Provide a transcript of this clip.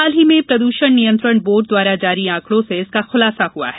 हाल ही में प्रद्षण नियंत्रण बोर्ड द्वारा जारी आंकड़ों से इसका खुलासा हआ है